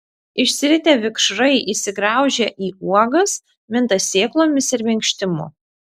išsiritę vikšrai įsigraužia į uogas minta sėklomis ir minkštimu